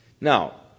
Now